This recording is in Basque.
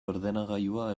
ordenagailua